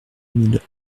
mille